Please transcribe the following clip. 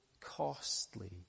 costly